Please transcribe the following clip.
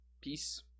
Peace